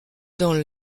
dans